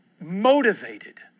motivated